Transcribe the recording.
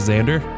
Xander